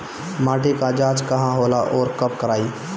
माटी क जांच कहाँ होला अउर कब कराई?